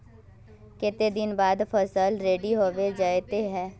केते दिन बाद फसल रेडी होबे जयते है?